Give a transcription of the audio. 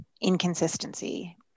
inconsistency